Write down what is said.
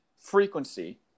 frequency